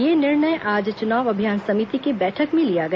यह निर्णय आज चुनाव अभियान समिति की बैठक में लिया गया